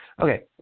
Okay